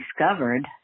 discovered